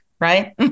Right